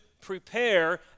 prepare